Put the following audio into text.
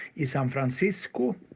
in san francisco.